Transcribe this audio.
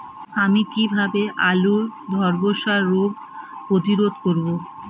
আমি কিভাবে আলুর ধ্বসা রোগ প্রতিরোধ করব?